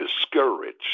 discouraged